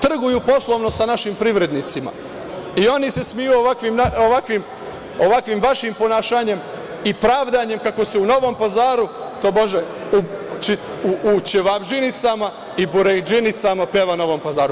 Trguju poslovno sa našim privrednicima, i oni se smeju ovakvim vašim ponašanjem, i pravdanjem kako se u Novom Pazaru, tobože u ćevabdžinicama i burekdžinicima peva u Novom Pazaru.